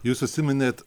jūs užsiminėt